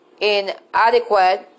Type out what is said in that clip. inadequate